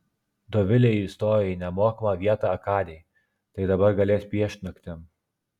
dovilė įstojo į nemokamą vietą akadėj tai dabar galės piešt naktim